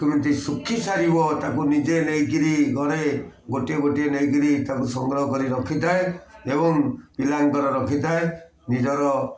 କେମିତି ଶୁଖିସାରିବ ତାକୁ ନିଜେ ନେଇକିରି ଘରେ ଗୋଟିଏ ଗୋଟିଏ ନେଇକିରି ତାକୁ ସଂଗ୍ରହ କରି ରଖିଥାଏ ଏବଂ ପିଲାଙ୍କର ରଖିଥାଏ ନିଜର